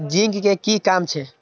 Zinc के कि काम छै?